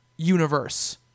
universe